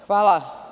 Hvala.